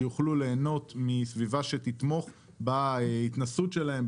על מנת שהם יוכלו להנות מסביבה שתתמוך בהתנסות שלהם,